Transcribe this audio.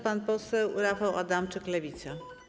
Pan Poseł Rafał Adamczyk, Lewica.